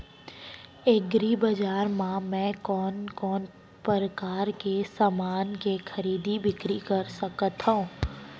एग्रीबजार मा मैं कोन कोन परकार के समान के खरीदी बिक्री कर सकत हव?